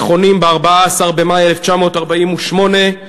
נכונים ב-14 במאי 1948,